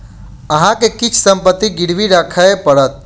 अहाँ के किछ संपत्ति गिरवी राखय पड़त